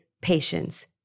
patience